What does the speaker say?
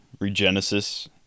Regenesis